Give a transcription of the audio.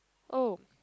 oh